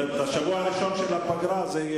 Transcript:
בשבוע הראשון של הפגרה.